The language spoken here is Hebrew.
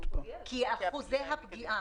כי אחוזי הפגיעה